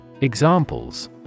Examples